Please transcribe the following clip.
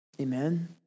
Amen